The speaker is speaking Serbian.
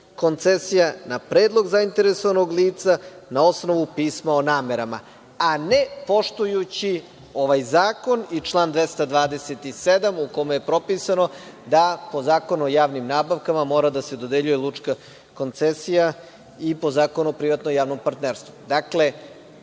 koncesija na predlog zainteresovanog lica na osnovu pisma o namerama, a ne poštujući ovaj zakon i član 227. u kome je propisano da po Zakonu o javnim nabavkama mora da se dodeljuje lučka koncesija i po Zakonu o privatnom i javnom partnerstvu. Dakle,